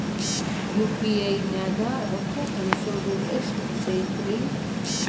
UPI ನ್ಯಾಗ ರೊಕ್ಕ ಕಳಿಸೋದು ಎಷ್ಟ ಸೇಫ್ ರೇ?